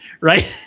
right